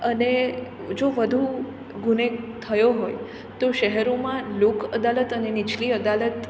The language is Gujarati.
અને જો વધુ ગુને થયો હોય તો શહેરોમાં લોક અદાલત અને નીચલી અદાલત